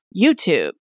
YouTube